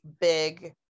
big